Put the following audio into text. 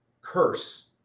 curse